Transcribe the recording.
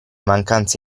mancanze